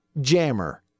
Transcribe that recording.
Jammer